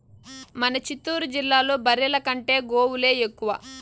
మన చిత్తూరు జిల్లాలో బర్రెల కంటే గోవులే ఎక్కువ